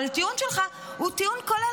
אבל הטיעון שלך הוא טיעון כולל,